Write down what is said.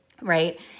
right